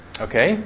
Okay